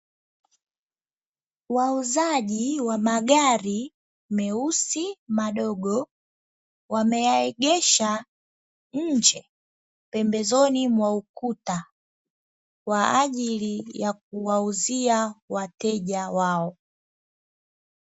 Muuzaji wa magari meusi madogo, wameyaegesha nje pembezoni mwa ukuta kwajili ya kuwauzia wateja wao.